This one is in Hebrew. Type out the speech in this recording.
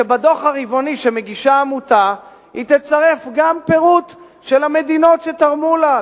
זה שבדוח הרבעוני שמגישה העמותה היא תצרף גם פירוט של המדינות שתרמו לה,